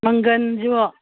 ꯃꯪꯒꯟꯁꯨ